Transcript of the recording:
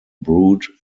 brood